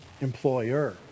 employer